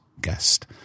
guest